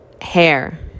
Hair